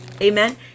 amen